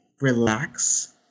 relax